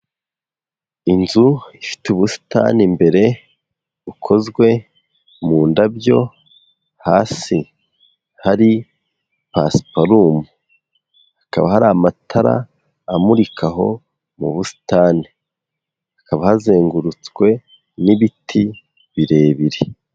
Inzu ifite ubusitani imbere bukozwe mu ndabyo, hasi hari pasiparumu, hakaba hari amatara amurika aho mu busitani, hakaba hazengurutswe n'ibiti birebire.